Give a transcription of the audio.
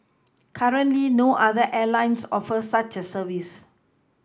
currently no other Airlines offer such a service